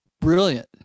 brilliant